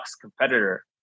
competitor